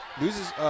loses